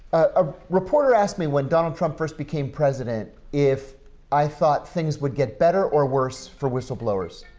a reporter asked me what donald trump first became president if i thought things would get better or worse for whistleblowers.